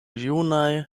junaj